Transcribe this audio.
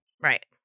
Right